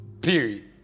period